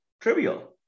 trivial